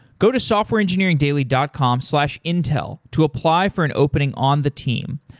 go to softwareengineeringdaily dot com slash intel to apply for an opening on the team.